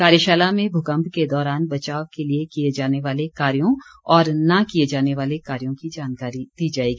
कार्यशाला में भूकम्प के दौरान बचाव के लिए किए जाने वाले कार्यों और न किए जाने वाले कार्यों की जानकारी दी जाएगी